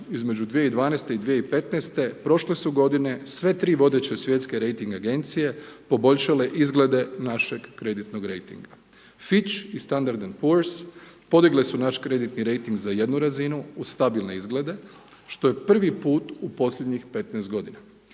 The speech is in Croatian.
između 2012. i 2015. prošle su godine sve tri vodeće svjetske rejting agencije poboljšale izglede našeg kreditnog rejtinga. .../Govornik se ne razumije. podigle su naš kreditni rejting za jednu razinu u stabilne izglede, što je prvi put u posljednjih 15 g.